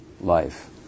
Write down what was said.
life